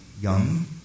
young